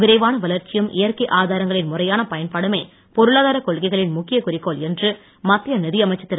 விரைவான வளர்ச்சியும் இயற்கை ஆதாரங்களின் முறையான பயன்பாடுமே பொருளாதார கொள்கைகளின் முக்கிய குறிக்கோள் என்று மத்திய நிதியமைச்சர் திரு